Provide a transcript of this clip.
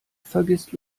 vergisst